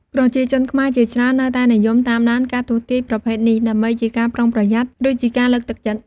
ប្រជាជនខ្មែរជាច្រើននៅតែនិយមតាមដានការទស្សន៍ទាយប្រភេទនេះ ដើម្បីជាការប្រុងប្រយ័ត្ន ឬជាការលើកទឹកចិត្ត។